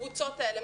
הקבוצות האלה,